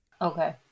Okay